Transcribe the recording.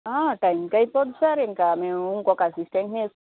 టైమ్కే అయిపోతుంది సార్ ఇంక మేము ఇంకొక అసిస్టెంట్ని వేసుకుని